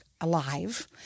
alive